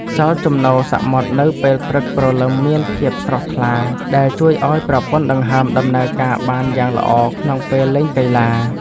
ខ្យល់ជំនោរសមុទ្រនៅពេលព្រឹកព្រលឹមមានភាពស្រស់ថ្លា ដែលជួយឱ្យប្រព័ន្ធដង្ហើមដំណើរការបានយ៉ាងល្អក្នុងពេលលេងកីឡា។